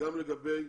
וגם לגבי